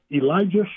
Elijah